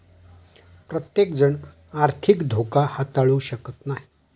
प्रत्येकजण आर्थिक धोका हाताळू शकत नाही